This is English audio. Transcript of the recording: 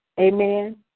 Amen